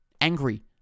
angry